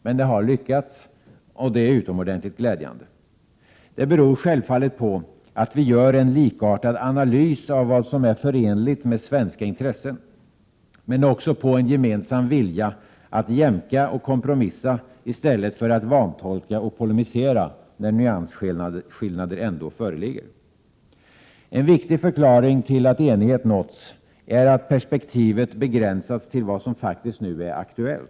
Men det har lyckats. Det är utomordentligt glädjande. Det beror självfallet på att vi gör en likartad analys av vad som är förenligt med svenska intressen, men det beror också på en gemensam vilja att jämka och kompromissa i stället för att vantolka och polemisera där nyansskillnader ändå föreligger. En viktig förklaring till att enighet nåtts är att perspektivet begränsats till vad som faktiskt nu är aktuellt.